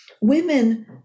women